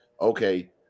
okay